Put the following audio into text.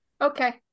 Okay